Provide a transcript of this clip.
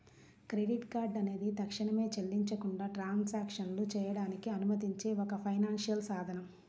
credit card అనేది తక్షణమే చెల్లించకుండా ట్రాన్సాక్షన్లు చేయడానికి అనుమతించే ఒక ఫైనాన్షియల్ సాధనం